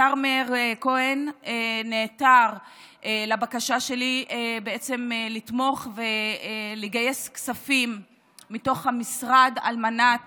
השר מאיר כהן נעתר לבקשה שלי בעצם לתמוך ולגייס כספים מתוך המשרד על מנת